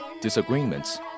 disagreements